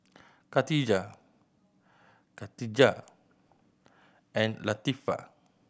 Khatijah Katijah and Latifa